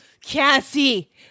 Cassie